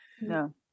No